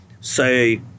say